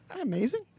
amazing